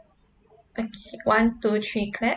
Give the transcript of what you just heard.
okay one two three clap